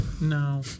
No